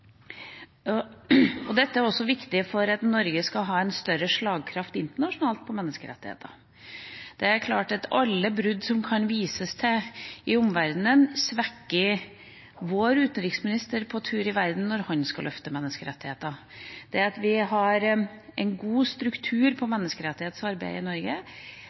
denne salen. Dette er også viktig for at Norge skal ha en større slagkraft internasjonalt når det gjelder menneskerettighetene. Det er klart at alle brudd som omverdenen kan vise til, svekker vår utenriksminister på tur rundt om i verden når han skal løfte menneskerettighetene. Det at vi har en god struktur i menneskerettighetsarbeidet i Norge,